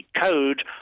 code